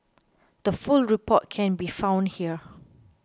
the full report can be found here